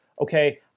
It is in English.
okay